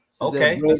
Okay